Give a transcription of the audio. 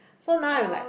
so now I'm like